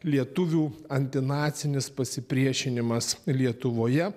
lietuvių antinacinis pasipriešinimas lietuvoje